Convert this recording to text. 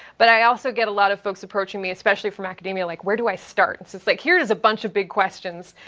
but i also get a lot of folks approaching me, especially from academia, like where do i start? so it's like here's a bunch of big questions.